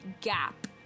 gap